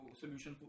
solution